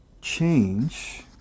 change